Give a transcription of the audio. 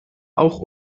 auch